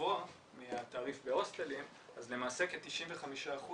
גבוה מהתעריף בהוסטלים אז למעשה כ-95%